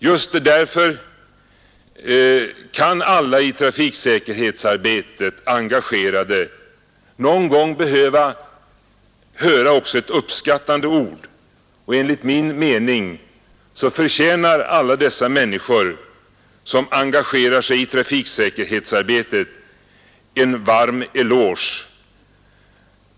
Just därför kan alla i trafiksäkerhetsarbetet engagerade någon gång behöva höra också ett uppskattande ord. Enligt min mening förtjänar alla dessa människor som engagerar sig i trafiksäkerhetsarbetet en varm eloge.